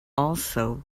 also